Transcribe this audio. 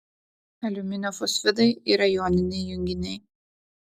aliuminio fosfidai yra joniniai junginiai